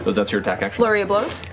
but that's your attack flurry of blows.